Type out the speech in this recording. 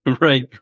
right